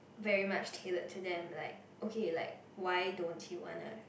very much tailored to them like okay like why don't you wanna